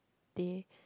day